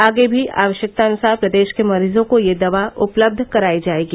आगे भी आवश्यकतानुसार प्रदेश के मरीजों को यह दवा उपलब्ध कराई जायेगी